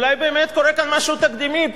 אולי באמת קורה כאן משהו תקדימי,